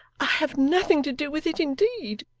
i have nothing to do with it indeed